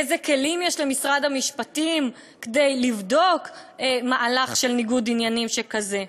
איזה כלים יש למשרד המשפטים כדי לבדוק מהלך של ניגוד עניינים שכזה?